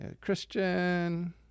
Christian